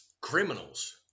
criminals